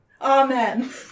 Amen